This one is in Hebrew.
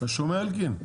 אתה שומע, אלקין?